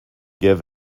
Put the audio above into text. give